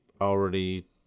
already